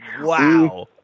Wow